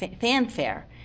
fanfare